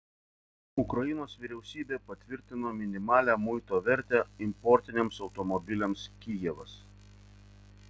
ukrainos vyriausybė patvirtino minimalią muito vertę importiniams automobiliams kijevas